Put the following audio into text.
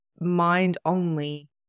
mind-only